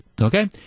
okay